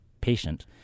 patient